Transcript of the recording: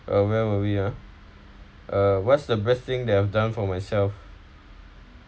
uh where we were we uh what's the best thing that I've done for myself